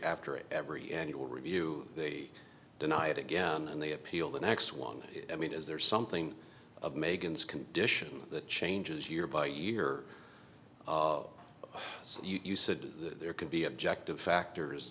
after every annual review they deny it again and they appeal the next one i mean is there something of megan's condition that changes year by year so you said there could be objective factors